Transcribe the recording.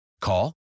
Call